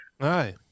Hi